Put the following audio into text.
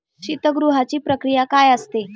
शीतगृहाची प्रक्रिया काय असते?